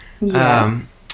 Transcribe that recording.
Yes